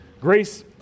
Grace